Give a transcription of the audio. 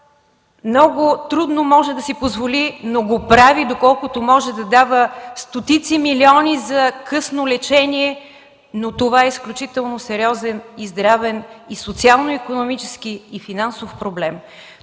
много трудно може да си позволи, но го прави, доколкото може, да дава стотици милиони за късно лечение, но това е изключително сериозен здравен, социално-икономически и финансов проблем.